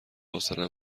حوصله